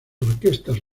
orquestas